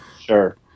Sure